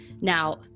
Now-